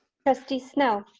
trustee snell.